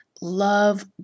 love